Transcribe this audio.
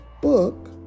book